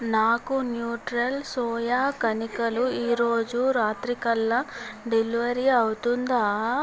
నాకు Nutrela soya కణికలు ఈరోజు రాత్రికల్లా డెలివరి అవుతుందా